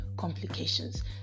complications